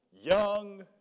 Young